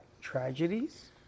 tragedies